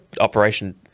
Operation